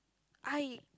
I